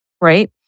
right